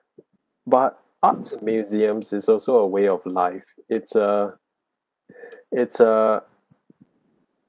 but arts and museums is also a way of life it's a it's a